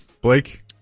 blake